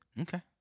Okay